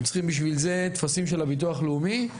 הם צריכים בשביל זה טפסים של הביטוח הלאומי.